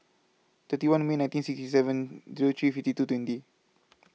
twenty one May nineteen sixty seven Zero three fifty two twenty